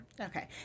Okay